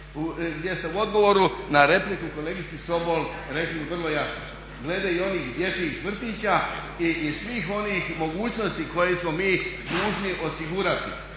gdje ste u odgovoru na repliku kolegici Sobol rekli vrlo jasno glede i onih dječjih vrtića i svih onih mogućnosti koje smo mi dužni osigurati,